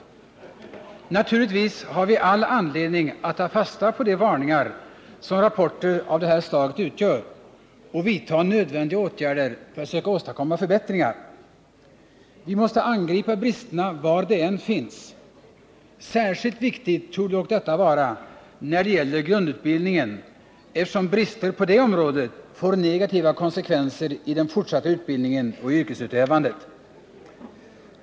Naturligtvis har vi all anledning att ta fasta på de varningar som rapporter av det här slaget utgör och vidta nödvändiga åtgärder för att söka åstadkomma förbättringar. Vi måste angripa bristerna var de än finns. Särskilt viktigt torde dock detta vara när det gäller grundutbildningen, eftersom brister på det området får negativa konsekvenser i den fortsatta utbildningen och i yrkesutövandet.